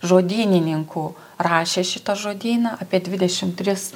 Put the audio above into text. žodynininkų rašė šitą žodyną apie dvidešim tris